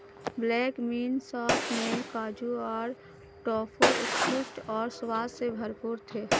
black bean sauce में काजू और टोफू उत्कृष्ट और स्वाद से भरपूर थे